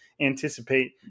anticipate